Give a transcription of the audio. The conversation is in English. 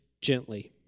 gently